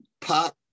Pop